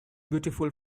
beautiful